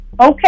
Okay